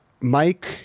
mike